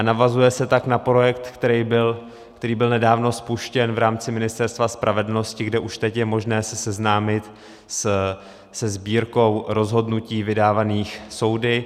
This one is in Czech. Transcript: Navazuje se tak na projekt, který byl nedávno spuštěn v rámci Ministerstva spravedlnosti, kde už teď je možné se seznámit se sbírkou rozhodnutí vydávaných soudy.